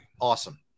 Awesome